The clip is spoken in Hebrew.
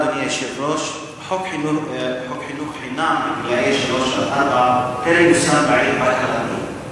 חוק חינוך חינם לגילאי שלוש-ארבע טרם יושם בעיר באקה-אל-ע'רביה.